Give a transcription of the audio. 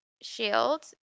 shield